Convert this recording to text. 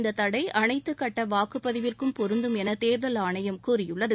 இந்த தடை அனைத்து கட்ட வாக்குப்பதிவிற்கும் பொருந்தும் என தேர்தல் ஆணையம் கூறியுள்ளது